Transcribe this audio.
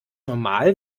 normal